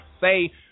say